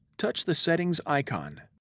touch the settings icon.